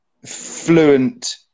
Fluent